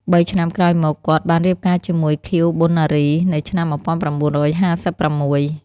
បីឆ្នាំក្រោយមក គាត់ បានរៀបការជាមួយ ខៀវ ប៉ុណ្ណារី នៅឆ្នាំ១៩៥៦។